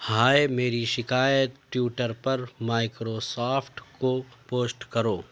ہائے میری شکایت ٹیوٹر پر مائیکروسافٹ کو پوسٹ کرو